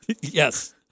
Yes